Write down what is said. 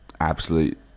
absolute